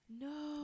No